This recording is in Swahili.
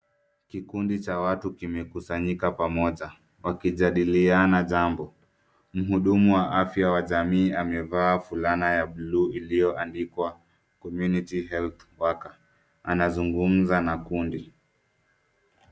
Kikundi cha watu kimekusanyika pamoja wakijadiliana jambo .Mhudumu wa afya wa jamii amevaa fulana ya buluu iliyoandikwa community health worker . Anazungumza na kundi .